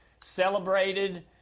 celebrated